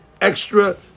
extra